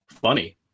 funny